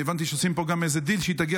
הבנתי שגם עושים פה איזה דיל שהיא תגיע